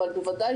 אבל בוודאי